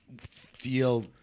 feel